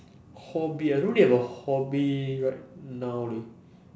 hobby ah I don't really have a hobby right now leh